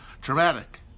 Dramatic